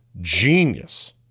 genius